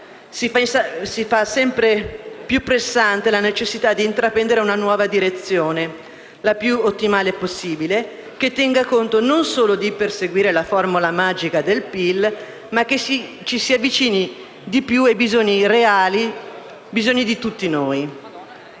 Si fa sempre più pressante la necessità di intraprendere una nuova direzione, la più ottimale possibile, che non solo tenga conto della necessità di perseguire la formula magica del PIL, ma che si avvicini di più ai reali bisogni di tutti noi.